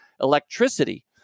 electricity